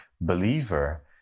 believer